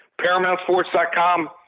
ParamountSports.com